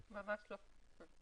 ממש לא.